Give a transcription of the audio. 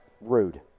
rude